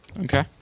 Okay